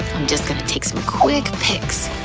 i'm just gonna take some quick pics.